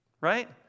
right